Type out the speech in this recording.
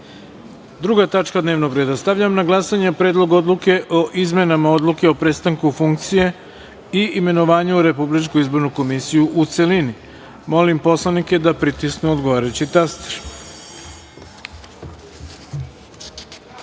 tačka dnevnog reda. Stavljam na glasanje Predlog odluke o izmenama Odluke o prestanku funkcije i imenovanju u Republičku izbornu komisiju, u celini. Molim poslanike da pritisnu odgovarajući